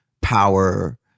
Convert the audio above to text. power